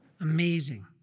amazing